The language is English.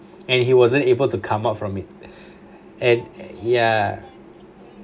and he wasn't able to come up from it and ya